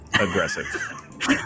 aggressive